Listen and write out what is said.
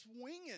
swinging